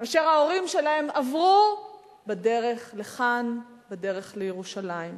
אשר ההורים שלהם עברו בדרך לכאן, בדרך לירושלים.